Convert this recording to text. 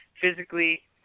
Physically